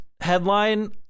headline